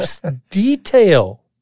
detail